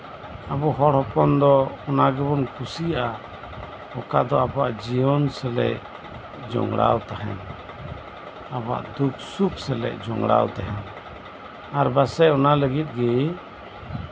ᱟᱵᱚ ᱦᱚᱲ ᱦᱚᱯᱚᱱ ᱫᱚ ᱚᱱᱟ ᱜᱮᱵᱚᱱ ᱠᱩᱥᱤᱭᱟᱜᱼᱟ ᱚᱠᱟ ᱫᱚ ᱟᱵᱚ ᱡᱤᱭᱚᱱ ᱥᱟᱞᱟᱜ ᱡᱚᱯᱲᱟᱣ ᱛᱟᱸᱦᱮᱱ ᱟᱵᱟᱨ ᱫᱩᱠ ᱥᱩᱠᱷ ᱥᱟᱞᱟᱜ ᱡᱚᱯᱲᱟᱣ ᱛᱟᱸᱦᱮᱱ ᱟᱨ ᱯᱟᱥᱮᱡ ᱚᱱᱟ ᱞᱟᱹᱜᱤᱫ ᱜᱮ